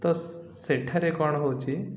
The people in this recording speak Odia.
ତ ସେଠାରେ କ'ଣ ହେଉଛି